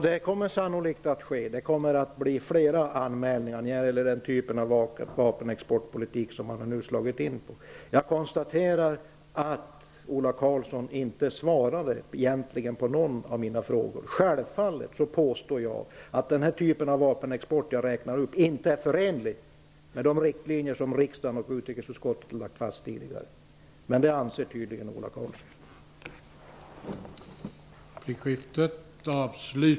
Herr talman! Ja, det kommer sannolikt att bli flera anmälningar mot den typ av vapenexportpolitik som man nu har slagit in på. Jag konstaterar att Ola Karlsson egentligen inte svarade på någon av mina frågor. Självfallet påstår jag att den typ av vapenexport som jag räknar upp inte är förenlig med de riktlinjer som riksdagen och utrikesutskottet tidigare har lagt fast, men det anser tydligen Ola Karlsson att den är.